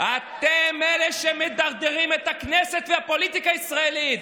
אתם אלו שמדרדרים את הכנסת והפוליטיקה הישראלית.